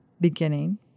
beginning